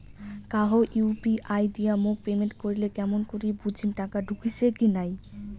কাহো ইউ.পি.আই দিয়া মোক পেমেন্ট করিলে কেমন করি বুঝিম টাকা ঢুকিসে কি নাই?